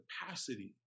Capacity